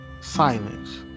Silence